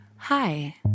Hi